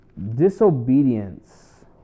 Disobedience